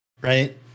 right